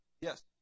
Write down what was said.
yes